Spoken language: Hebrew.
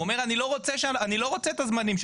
הוא אומר אני לא רוצה את הזמנים שלכם.